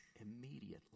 immediately